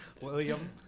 William